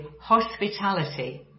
hospitality